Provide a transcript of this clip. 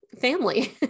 family